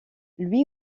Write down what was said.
lui